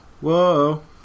Whoa